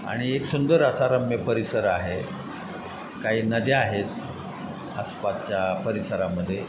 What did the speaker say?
आणि एक सुंदर असा रम्य परिसर आहे काही नद्या आहेत आसपासच्या परिसरामध्ये